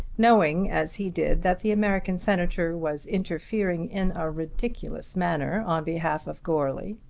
knowing as he did that the american senator was interfering in a ridiculous manner on behalf of goarly.